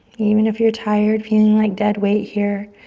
even if you're tired, feeling like dead weight here.